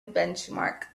benchmark